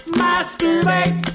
masturbate